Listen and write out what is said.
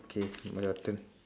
okay now your turn